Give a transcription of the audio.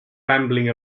rambling